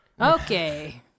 Okay